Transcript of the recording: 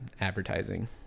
advertising